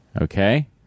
Okay